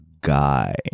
guy